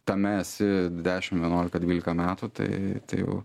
tame esi dešim vienuolika dvylika metų tai jau